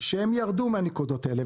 שירדו מהנקודות האלה,